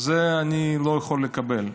את זה אני לא יכול לקבל.